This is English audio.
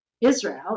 Israel